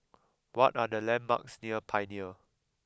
what are the landmarks near Pioneer